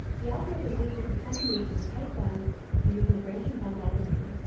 the algorithm uses a combination of tight bounds to use in a branch-and-bound algorithm,